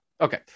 okay